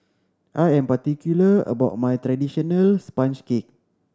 I am particular about my traditional sponge cake